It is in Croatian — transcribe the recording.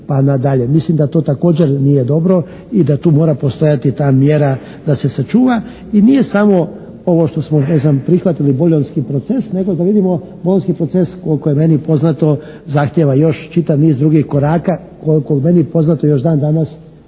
Mislim da to također nije dobro i da tu mora postojati ta mjera da se sačuva i nije samo ovo što smo neznam prihvatili bolonski proces nego da vidimo bolonski proces koliko je meni poznato zahtjeva još čitav niz drugih koraka, koliko je meni poznato još dan danas